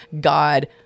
God